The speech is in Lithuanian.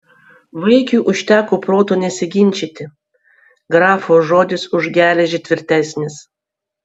vaikiui užteko proto nesiginčyti grafo žodis už geležį tvirtesnis